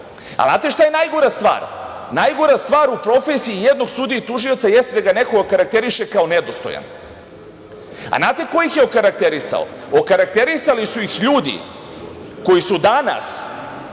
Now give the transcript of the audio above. šta je najgora stvar? Najgora stvar u profesiji jednog sudije i tužioca jeste da neko okarakteriše kao nedostojan. Znate ko ih je okarakterisao? Okarakterisali su ih ljudi koji su danas